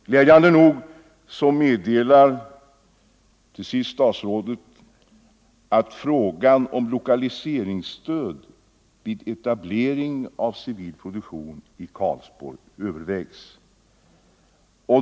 Glädjande nog meddelar statsrådet till Nr 138 sist att frågan om lokaliseringsstöd vid etablering av civil produktion Måndagen den i Karlsborg övervägs.